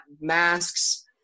masks